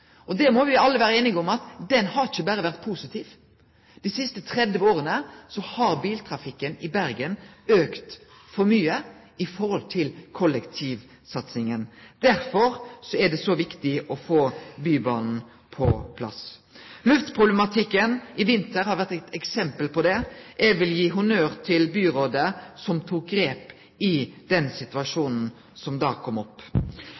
må alle vere einige om at den utviklinga ikkje har vore positiv. Dei siste 30 åra har biltrafikken i Bergen auka for mykje i forhold til kollektivsatsinga. Derfor er det så viktig å få Bybanen på plass. Luftproblematikken i vinter har vore eit eksempel på det. Eg vil gi honnør til byrådet som tok grep i den situasjonen som da kom opp.